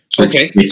okay